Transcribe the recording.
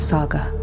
Saga